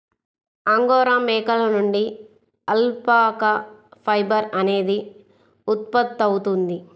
angora మేకల నుండి alpaca fibre అనేది ఉత్పత్తవుతుంది